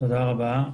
תודה רבה.